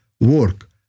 work